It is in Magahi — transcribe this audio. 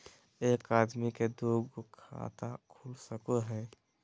एक आदमी के दू गो खाता खुल सको है?